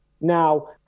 now